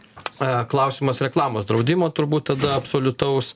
a klausimas reklamos draudimo turbūt tada absoliutaus